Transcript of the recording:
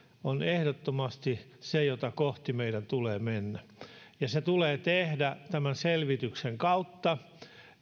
on ehdottomasti se mitä kohti meidän tulee mennä se tulee tehdä tämän selvityksen kautta